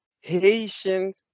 Haitians